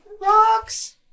Rocks